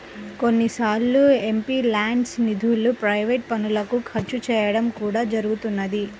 కొన్నిసార్లు ఎంపీల్యాడ్స్ నిధులను ప్రైవేట్ పనులకు ఖర్చు చేయడం కూడా జరుగుతున్నది